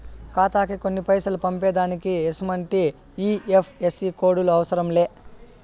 ఖాతాకి కొన్ని పైసలు పంపేదానికి ఎసుమంటి ఐ.ఎఫ్.ఎస్.సి కోడులు అవసరం లే